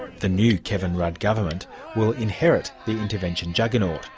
the new kevin rudd government will inherit the intervention juggernaut.